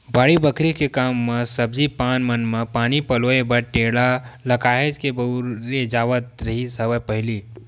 बाड़ी बखरी के काम म सब्जी पान मन म पानी पलोय बर टेंड़ा ल काहेच के बउरे जावत रिहिस हवय पहिली